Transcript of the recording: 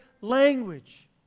language